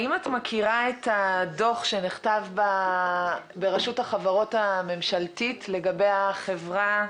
האם את מכירה את הדוח שנכתב ברשות החברות הממשלתית לגבי החברה